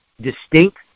distinct